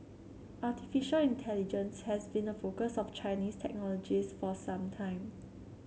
artificial intelligence has been a focus of Chinese technologists for some time